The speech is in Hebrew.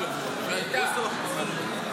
בוסו --- פרשת השבוע.